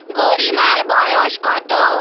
গরিমার বয়স কত